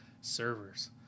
servers